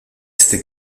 este